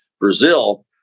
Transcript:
Brazil